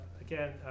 again